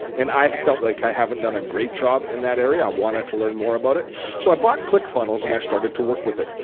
and i felt like i haven't done a great job in that area. i wanted to learn more about it so i bought clickfunnels and i started to work with it.